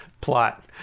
plot